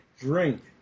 Drink